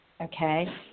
okay